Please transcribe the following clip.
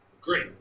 great